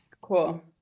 Cool